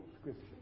Scripture